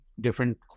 different